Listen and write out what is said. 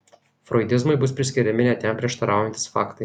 froidizmui bus priskiriami net jam prieštaraujantys faktai